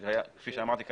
שכפי שאמרתי,